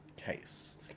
case